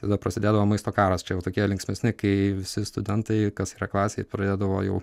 tada prasidėdavo maisto karas čia jau tokie linksmesni kai visi studentai kas yra klasėj pradėdavo jau